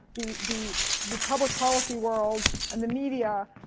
the the the public policy world and the media